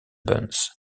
buns